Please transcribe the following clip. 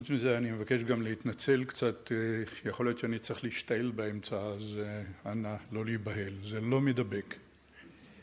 חוץ מזה אני מבקש גם להתנצל קצת, יכול להיות שאני צריך להשתעל באמצע, אז אנא לא להיבהל, זה לא מידבק